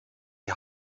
die